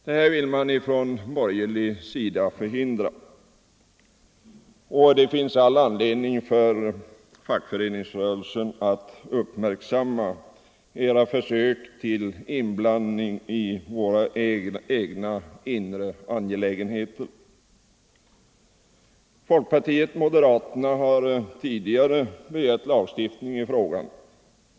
Det här vill man från borgerlig sida förhindra, och det finns all anledning för fackföreningsrörelsen att uppmärksamma era försök till inblandning i våra egna inre angelägenheter. Folkpartiet och moderaterna har tidigare i år begärt lagstiftning i frågan.